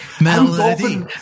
Melody